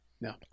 No